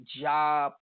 job